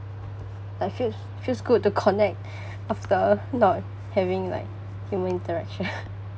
like feels feels good to connect after not having like human interaction